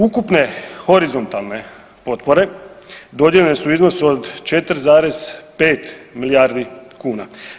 Ukupne horizontalne potpore dodijeljene su u iznosu od 4,5 milijardi kuna.